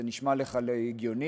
זה נשמע לך הגיוני?